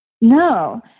no